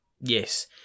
yes